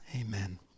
Amen